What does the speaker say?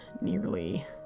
nearly